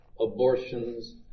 abortions